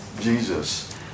Jesus